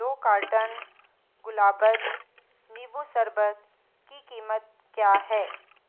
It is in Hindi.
दो कार्टन गुलाबज नींबू शरबत की क़ीमत क्या है